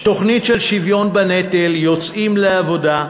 תוכנית של שוויון בנטל, יוצאים לעבודה,